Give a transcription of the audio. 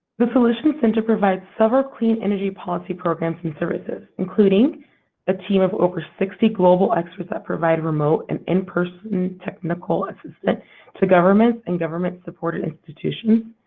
the solutions center provides several clean energy policy programs and services, including a team of over sixty global experts that provide remote and in-person technical assistance to governments and government-supported institutions,